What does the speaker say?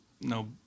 no